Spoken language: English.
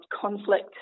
conflict